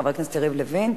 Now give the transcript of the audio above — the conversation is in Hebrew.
חבר הכנסת יריב לוין.